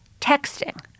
texting